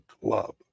club